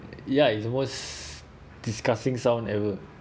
ya it's the most disgusting sound ever